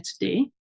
today